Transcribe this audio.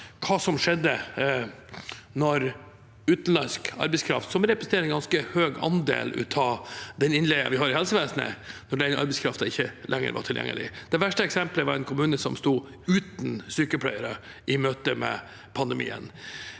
hva som skjedde da utenlandsk arbeidskraft, som representerer en ganske høy andel av den innleien vi har i helsevesenet, ikke lenger var tilgjengelig. Det verste eksemplet var en kommune som sto uten sykepleiere i møte med pandemien.